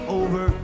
over